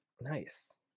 Nice